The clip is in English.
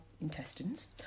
intestines